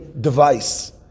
device